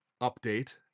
update